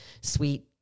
sweet